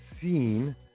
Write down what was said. seen